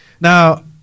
now